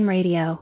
Radio